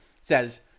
says